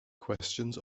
questions